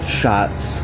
shots